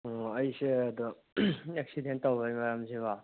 ꯑꯣ ꯑꯩꯁꯦ ꯑꯗꯣ ꯑꯛꯁꯤꯗꯦꯟꯠ ꯇꯧꯕꯩ ꯃꯔꯝꯁꯦ ꯀꯣ